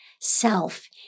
self